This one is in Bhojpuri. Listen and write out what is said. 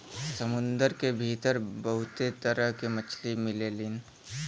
समुंदर के भीतर बहुते तरह के मछली मिलेलीन